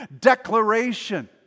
declaration